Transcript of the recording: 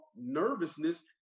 nervousness